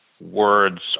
words